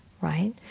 Right